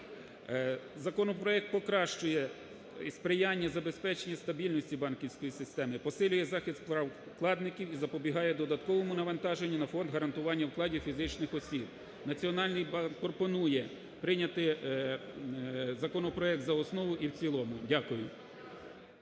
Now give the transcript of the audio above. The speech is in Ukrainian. Законопроект покращує і сприяє забезпечення стабільності банківської системи, посилює захист прав вкладників і запобігає додатковому навантаження на Фонд гарантування вкладів фізичних осіб. Національний банк пропонує прийняти законопроект за основу і в цілому. Дякую.